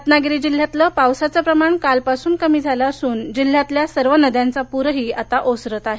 रत्नागिरी जिल्ह्यातलं पावसाचं प्रमाण कालपासून कमी झालं असून जिल्ह्यातल्या सर्वच नद्यांचा पूरही आता ओसरत आहे